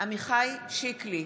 עמיחי שיקלי,